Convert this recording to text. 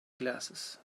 glasses